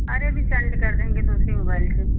अरे अभी सेंड कर देंगे दूसरी मोबाइल से